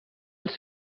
els